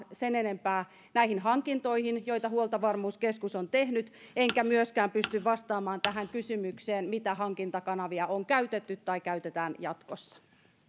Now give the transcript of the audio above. sen enempää näihin hankintoihin joita huoltovarmuuskeskus on tehnyt enkä myöskään pysty vastaamaan tähän kysymykseen mitä hankintakanavia on käytetty tai käytetään jatkossa